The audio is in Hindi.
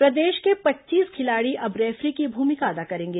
रेफरी सेमिनार प्रदेश के पच्चीस खिलाड़ी अब रेफरी की भूमिका अदा करेंगे